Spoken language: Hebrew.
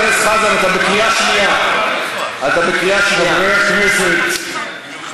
משום שעדיין ברוב המקלטים היום בנים מעל גיל 11 לא יכולים להיכנס,